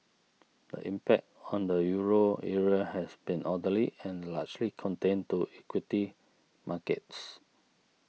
the impact on the Euro area has been orderly and largely contained to equity markets